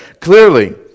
clearly